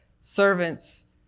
servants